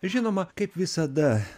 žinoma kaip visada